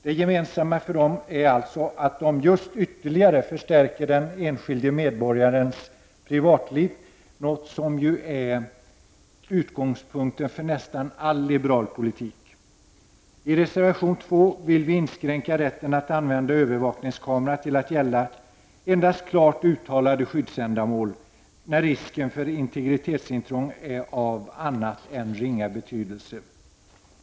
Det gemensamma för dem är alltså att de ytterligare vill förstärka den enskilde medborgarens privatliv, något som är utgångspunkten för nästan all liberal politik. I reservation 2 vill vi inskränka rätten att använda övervakningskamera till att endast gälla klart uttalade skyddsändamål när risken för integritetsintrång är ringa.